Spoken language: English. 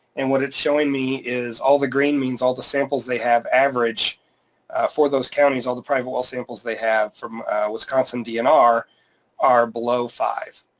and what it's showing me is all the green means all the samples they have. average for those counties, all the private well's samples they have from wisconsin, dnr are are below five